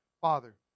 Father